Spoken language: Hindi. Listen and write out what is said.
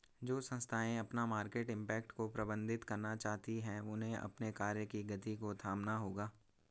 जो संस्थाएं अपना मार्केट इम्पैक्ट को प्रबंधित करना चाहती हैं उन्हें अपने कार्य की गति को थामना होगा